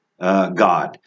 God